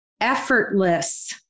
effortless